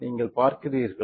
நீங்கள் பார்க்கிறீர்கள்